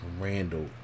randall